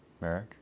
Merrick